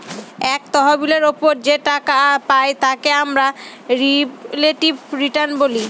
এক তহবিলের ওপর যে টাকা পাই তাকে আমরা রিলেটিভ রিটার্ন বলে